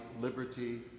liberty